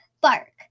bark